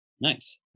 Nice